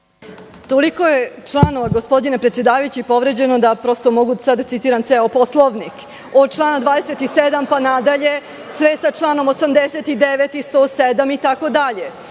Toliko je članova, gospodine predsedavajući, povređeno, da prosto mogu sada da citiram ceo Poslovnik, od člana 27, pa nadalje, sve sa članom 89. i 107. itd.